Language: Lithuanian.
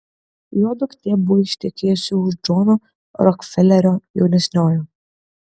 jo duktė buvo ištekėjusi už džono rokfelerio jaunesniojo